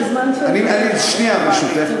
זה זמן, אני, אני, שנייה, ברשותך.